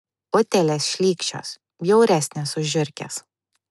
utėlės šlykščios bjauresnės už žiurkes